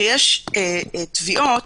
שיש תביעות,